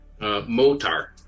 Motar